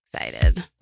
excited